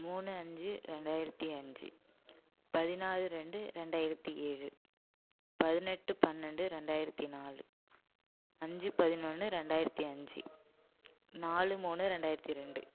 மூணு அஞ்சு ரெண்டாயிரத்து அஞ்சு பதினாறு ரெண்டு ரெண்டாயிரத்து ஏழு பதினெட்டு பன்னெண்டு ரெண்டாயிரத்து நாலு அஞ்சு பதினொன்று ரெண்டயிரத்து அஞ்சு நாலு மூணு ரெண்டாயிரத்து ரெண்டு